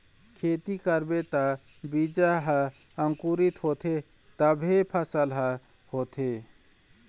खेती करबे त बीजा ह अंकुरित होथे तभे फसल ह होथे